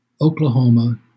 Oklahoma